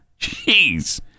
Jeez